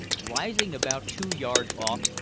rising about two yards off,